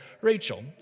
Rachel